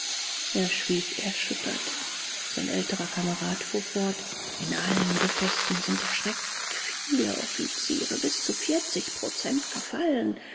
er schwieg erschüttert sein älterer kamerad fuhr fort in allen gefechten sind erschreckend viele offiziere bis zu vierzig prozent gefallen